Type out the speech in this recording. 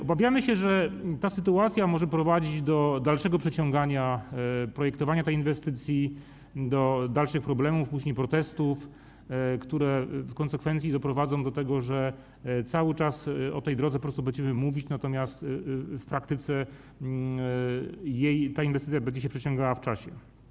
Obawiamy się, że ta sytuacja może prowadzić do dalszego przeciągania projektowania tej inwestycji, do dalszych problemów, później protestów, które w konsekwencji doprowadzą do tego, że po prostu cały czas będziemy mówić o tej drodze, natomiast w praktyce ta inwestycja będzie się przeciągała w czasie.